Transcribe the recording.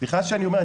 סליחה שאני אומר,